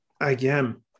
Again